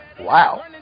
wow